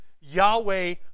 Yahweh